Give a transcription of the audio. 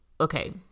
okay